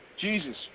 Jesus